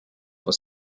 were